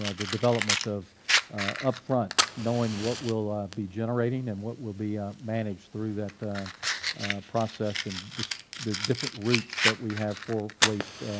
ah the development of upfront knowing what we'll ah be generating, and what will be managed through that process, and the different routes that we have for waste